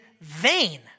vain